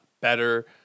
better